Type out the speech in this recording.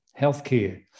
healthcare